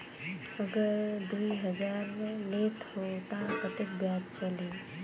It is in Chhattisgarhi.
अगर दुई हजार लेत हो ता कतेक ब्याज चलही?